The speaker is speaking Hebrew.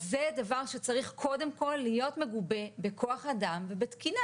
אז זה דבר שצריך קודם כל להיות מגובה בכוח אדם ובתקינה.